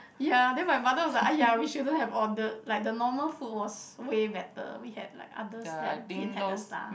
ya then my mother was like !aiya! we shouldn't have ordered like the normal food was way better we had like others that didn't had the star